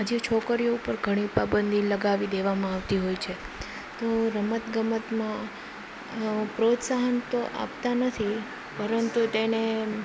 હજી છોકરીઓ ઉપર ઘણી પાબંધીઓ લગાવી દેવામાં આવતી હોય છે રમતગમતમાં પ્રોત્સાહન તો આપતા નથી પરંતુ તેને